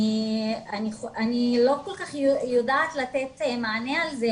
אני לא כל כך יודעת לתת מענה על זה.